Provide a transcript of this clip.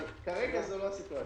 אבל כרגע זו לא הסיטואציה.